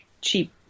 cheap